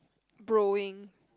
broing